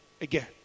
again